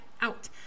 out